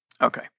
Okay